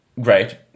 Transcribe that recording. Great